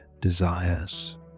desires